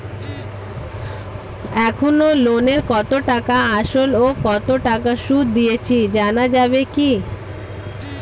এখনো লোনের কত টাকা আসল ও কত টাকা সুদ দিয়েছি জানা যাবে কি?